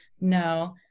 no